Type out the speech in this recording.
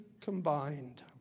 combined